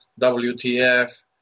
WTF